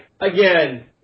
again